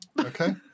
Okay